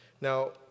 Now